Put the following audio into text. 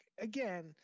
again